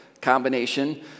combination